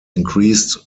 increased